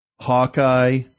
hawkeye